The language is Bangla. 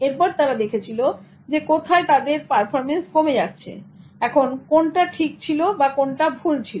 এরপর তারা দেখেছিল কোথাও তাদের পারফরম্যান্স কমে যাচ্ছে এখন কোনটা ঠিক ছিল কোনটা ভুল ছিল